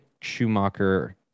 schumacher